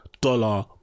dollar